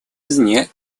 извне